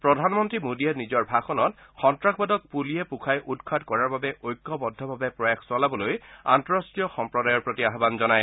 প্ৰধানমন্ত্ৰী মোডীয়ে নিজৰ ভাষণত সন্ত্ৰাসবাদক পূলিয়ে পখাই উৎখাত কৰাৰ বাবে ঐক্যবদ্ধভাৱে প্ৰয়াস চলাবলৈ আন্তঃৰাষ্ট্ৰীয় সম্প্ৰদায়ৰ প্ৰতি আহান জনায়